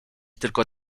tylko